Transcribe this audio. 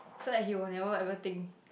so that he will never ever think